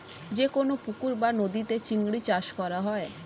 যে কোন পুকুর বা নদীতে চিংড়ি চাষ করা হয়